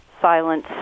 silence